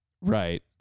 right